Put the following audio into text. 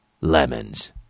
Lemons